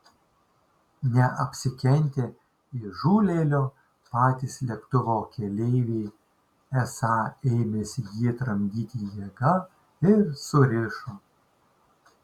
neapsikentę įžūlėlio patys lėktuvo keleiviai esą ėmėsi jį tramdyti jėga ir surišo